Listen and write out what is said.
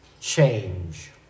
change